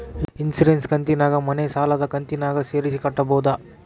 Insurance ಕಂತನ್ನ ಮನೆ ಸಾಲದ ಕಂತಿನಾಗ ಸೇರಿಸಿ ಕಟ್ಟಬೋದ?